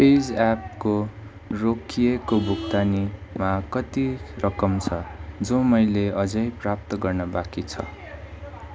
pay ज्यापको रोकिएको भुक्तानीमा कति रकम छ जो मैले अझै प्राप्त गर्न बाँकी छ